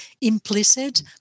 implicit